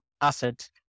asset